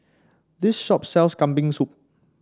this shop sells Kambing Soup